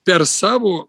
per savo